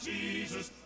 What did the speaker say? Jesus